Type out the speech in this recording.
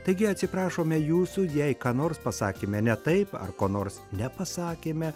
taigi atsiprašome jūsų jei ką nors pasakėme ne taip ar ko nors nepasakėme